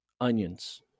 onions